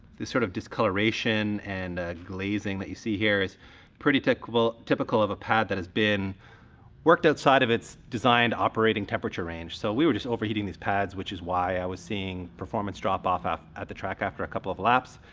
this sort of discoloration and glazing that you see here is pretty typical typical of a pad that has been worked outside of its designed operating temperature range. so we were just overheating these pads which is why i was seeing performance drop-off at the track after a couple of laps.